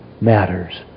matters